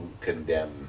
condemn